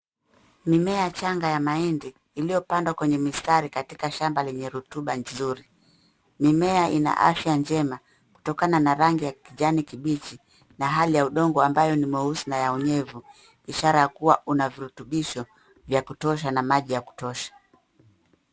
Mimea changa ya mahindi iliyopandwa kwenye mistari katika shamba lenye rotuba nzuri. Mimea ina afya njema kutokana na rangi ya kijani kibichi na hali ya udongo ambayo ni mweusi na ya unyevu ishara ya kuwa una virutubisho vya kutosha na maji ya kutosha.